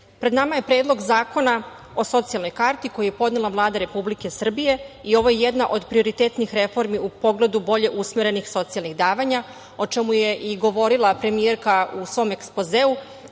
pred nama je Predlog zakona o socijalnoj karti, koji je podnela Vlada Republike Srbije i ovo je jedna od prioritetnih reformi u pogledu bolje usmerenih socijalnih davanja, o čemu je i govorila premijerka u svom Ekspozeu. Upravo